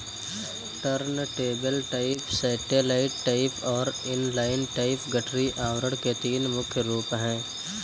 turntable type, satellite type और inline type गठरी आवरण के तीन मुख्य रूप है